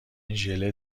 ژله